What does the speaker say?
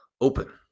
open